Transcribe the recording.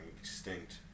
extinct